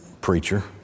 preacher